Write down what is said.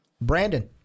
Brandon